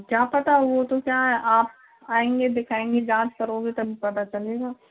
क्या पता वो तो क्या है आप आएँगे दिखाएंगे जाँच करोगे तभी पता चलेगा